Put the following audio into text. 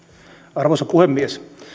arvoisa puhemies